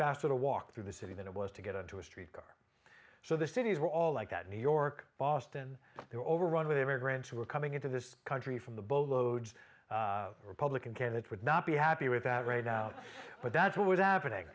to walk through the city than it was to get onto a streetcar so the cities were all like that new york boston they're overrun with immigrants who are coming into this country from the boatloads republican candidate would not be happy with that right now but that's what was happening